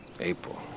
April